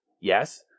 Yes